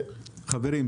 חברים,